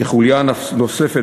כחוליה נוספת